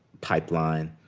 pipeline,